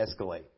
escalate